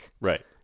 right